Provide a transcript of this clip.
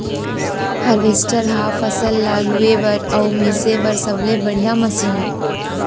harvester ह फसल ल लूए बर अउ मिसे बर सबले बड़िहा मसीन आय